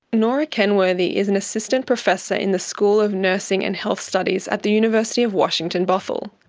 nora kenworthy is an assistant professor in the school of nursing and health studies at the university of washington, bothell.